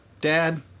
Dad